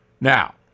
Now